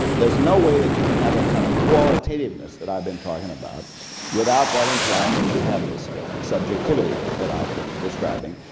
there's no way that you can have a kind of qualitativeness that i've been talking about without that implying that you have this subjectivity that i've been describing,